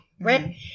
right